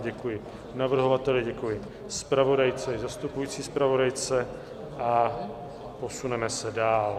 Já děkuji navrhovateli, děkuji zpravodajce i zastupující zpravodajce a posuneme se dál.